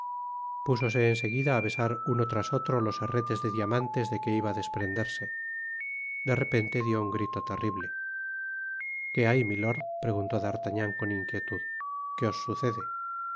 púsose en seguida á besar uno tras otro los herretes de diamantes de que iba á desprenderse de repente dió un grito terrible que hay milord preguntó d'artagnan con inquietud que os sucede